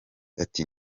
ati